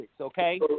okay